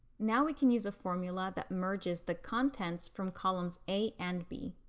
now we can use a formula that merges the contents from columns a and b.